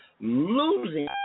losing